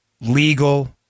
legal